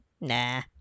Nah